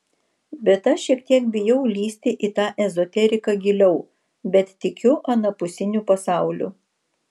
bet aš šiek tiek bijau lįsti į tą ezoteriką giliau bet tikiu anapusiniu pasauliu